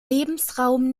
lebensraum